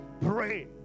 pray